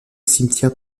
cimetière